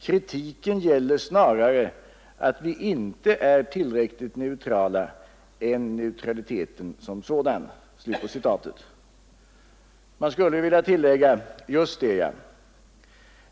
Kritiken gäller snarare att vi inte är tillräckligt neutrala än neutraliteten som sådan.” Man skulle vilja tillägga: Just det ja!